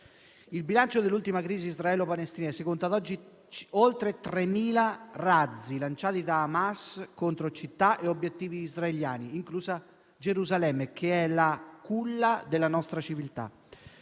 Il bilancio dell'ultima crisi israelo-palestinese conta ad oggi oltre 3.000 razzi lanciati da Hamas contro città e obiettivi israeliani, inclusa Gerusalemme, che è la culla della nostra civiltà.